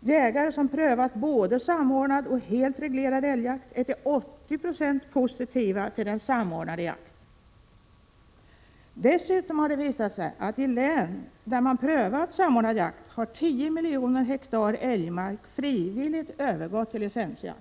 Jägare som har prövat både samordnad och helt reglerad älgjakt är till 80 Io positiva till den samordnade jakten. Dessutom har det visat sig att i de län där man har prövat samordnad jakt har man frivilligt låtit tio miljoner hektar älgmark övergå till licensjakt.